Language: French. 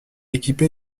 équipés